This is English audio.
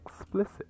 explicit